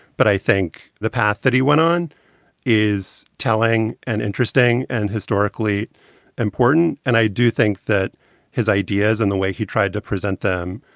but i think the path that he went on is telling an interesting and historically important. and i do think that his ideas and the way he tried to present them,